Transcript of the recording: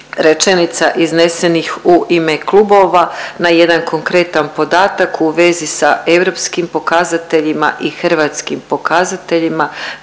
rečenica iznesenih u ime klubova, na jedan konkretan podataka u vezi sa europskim pokazateljima i hrvatskim pokazateljima.